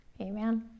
Amen